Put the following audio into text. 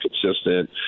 consistent